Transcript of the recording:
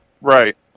Right